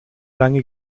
lange